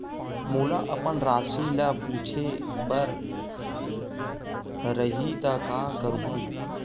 मोला अपन राशि ल पूछे बर रही त का करहूं?